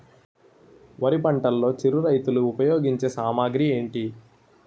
వరి పంటలో చిరు రైతులు ఉపయోగించే సామాగ్రి ఏంటి?